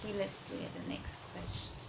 okay let's look at the next question